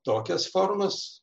tokias formas